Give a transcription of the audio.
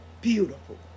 beautiful